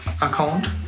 account